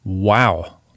Wow